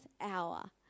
hour